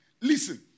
listen